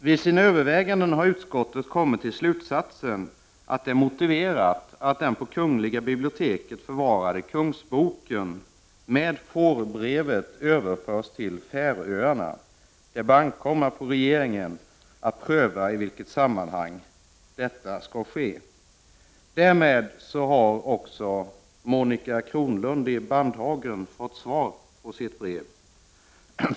”Vid sina överväganden har utskottet kommit till slutsatsen att det är motiverat att den på kungl. biblioteket förvarade Kungsboken med fårbrevet överförs till Färöarna. Det bör ankomma på regeringen att pröva i vilket sammanhang detta skall ske.” Därmed har Monica Kronlund i Bandhagen fått svar på sitt brev.